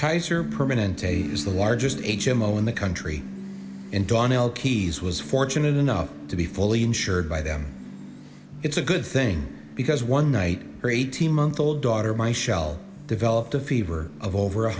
kaiser permanente is the largest h m o in the country and donal keyes was fortunate enough to be fully insured by them it's a good thing because one night or eighteen month old daughter my shell developed a fever of over